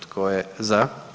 Tko je za?